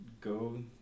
go